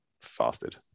fasted